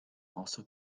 also